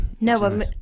No